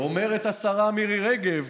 אומרת השרה מירי רגב,